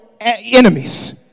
enemies